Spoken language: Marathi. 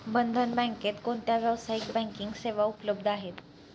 बंधन बँकेत कोणत्या व्यावसायिक बँकिंग सेवा उपलब्ध आहेत?